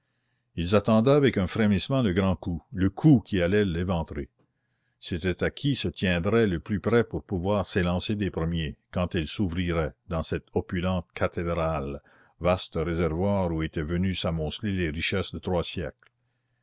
ils attendaient avec un frémissement le grand coup le coup qui allait l'éventrer c'était à qui se tiendrait le plus près pour pouvoir s'élancer des premiers quand elle s'ouvrirait dans cette opulente cathédrale vaste réservoir où étaient venues s'amonceler les richesses de trois siècles